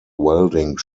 welding